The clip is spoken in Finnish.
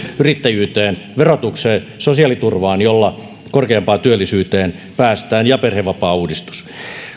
yrittäjyyteen verotukseen ja sosiaaliturvaan joilla korkeampaan työllisyyteen päästään ja perhevapaauudistus